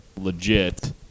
legit